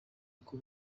uko